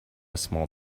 small